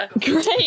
Great